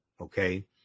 Okay